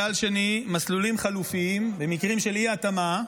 כלל שני: מסלולים חלופיים במקרים של אי-התאמה,